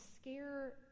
scare